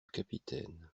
capitaine